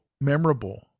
memorable